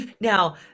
Now